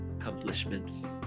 accomplishments